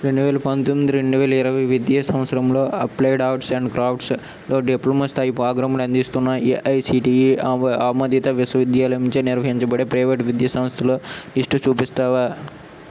రెండువేల పంతొమ్మిది రెండువేల ఇరవై విద్యా సంవత్సరంలో applied arts and crafts diploma స్థాయి ప్రోగ్రాంలు అందిస్తున్న ఏఐసిటీఈ ఆ ఆమోదిత విశ్వవిద్యాలయంచే నిర్వహించబడే ప్రైవేటు విద్యా సంస్థల లిస్టు చూపిస్తావా